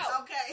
Okay